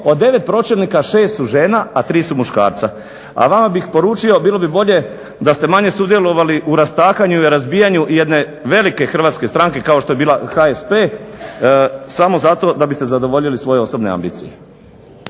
od 9 pročelnika 6 su žena, a 3 su muškarca. A vama bih poručio, bilo bi bolje da ste manje sudjelovali u rastakanju ili razbijanju jedne velike hrvatske stranke kao što je bila HSP samo zato da biste zadovoljili svoje osobne ambicije.